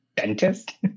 Dentist